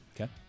Okay